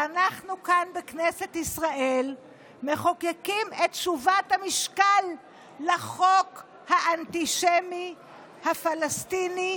ואנחנו כאן בכנסת ישראל מחוקקים את תשובת המשכן לחוק האנטישמי הפלסטיני,